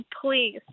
please